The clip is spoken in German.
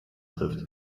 trifft